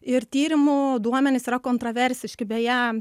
ir tyrimų duomenys yra kontraversiški beje